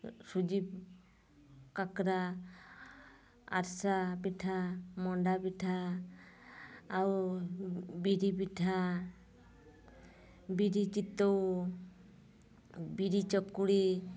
ସୁଜି କାକରା ଆରିସା ପିଠା ମଣ୍ଡା ପିଠା ଆଉ ବିରି ପିଠା ବିରି ଚିତଉ ବିରି ଚକୁଳି